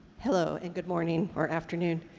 hello and good morning or afternoon.